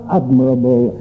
admirable